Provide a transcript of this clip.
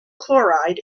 chloride